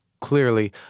clearly